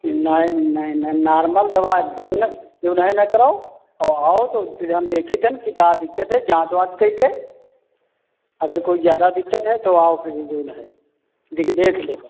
नहीं नहीं नहीं नार्मल दवा दमन जौन है न करओ औ आओ तो फिर हम देखित है क्या दिक्कत है जाँच वाँच करके अगर कोई ज्यादा दिक्कत है तो आओ फिर जौन हय दिक देखि लेहे